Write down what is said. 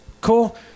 cool